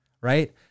Right